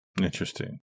Interesting